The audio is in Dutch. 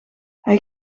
hij